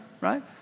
right